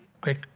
great